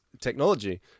technology